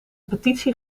petitie